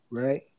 right